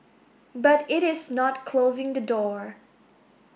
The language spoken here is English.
but it is not closing the door